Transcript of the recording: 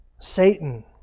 Satan